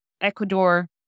Ecuador